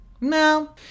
No